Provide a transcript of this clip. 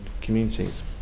communities